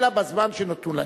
אלא בזמן שנתון להם.